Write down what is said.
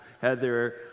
Heather